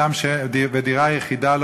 אדם שקונה דירה יחידה,